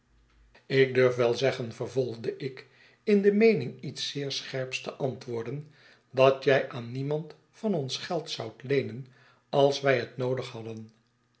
ik durf wel zeggen vervolgde ik in de meening iets zeer scherps te antwoorden dat jij aan niemand van ons geld zoudt leenen als wij het noodig hadden